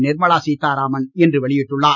நிர்மலா சீதாராமன் இன்று வெளியிட்டுள்ளார்